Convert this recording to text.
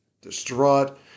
distraught